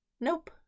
Nope